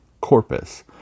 corpus